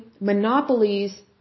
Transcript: monopolies